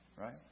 right